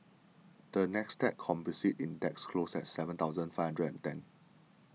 the NASDAQ Composite Index closed at seven thousand Five Hundred and ten